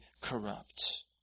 corrupt